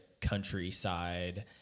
countryside